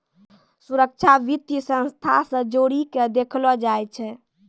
सुरक्षा वित्तीय संस्था से जोड़ी के देखलो जाय छै